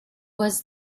was